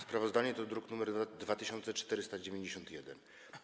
Sprawozdanie to druk nr 2491.